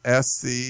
SC